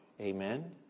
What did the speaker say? Amen